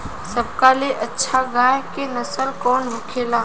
सबका ले अच्छा गाय के नस्ल कवन होखेला?